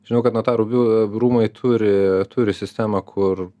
žinau kad notarų biu e rūmai turi turi sistemą kur